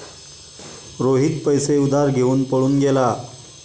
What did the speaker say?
रोहित पैसे उधार घेऊन पळून गेला